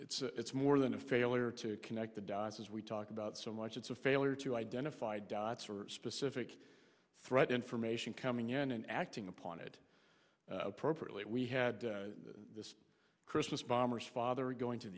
it's more than a failure to connect the dots as we talk about so much it's a failure to identify specific threat information coming in and acting upon it appropriately we had christmas bomber's father going to